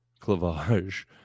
Clavage